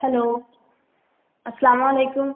hello السلام و علیکم